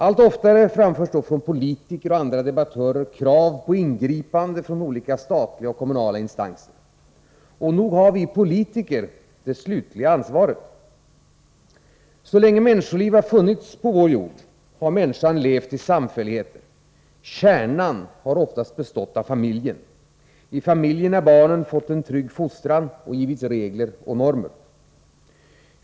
Allt oftare framförs från politiker och andra debattörer krav på ingripande från olika statliga och kommunala instanser. Och nog har vi politiker det slutliga ansvaret. Så länge människoliv har funnits på vår jord har människan levt i samfälligheter. Kärnan har oftast bestått av familjen. I familjen har barnen fått en trygg fostran, och givits regler och normer.